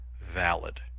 valid